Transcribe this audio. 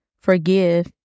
Forgive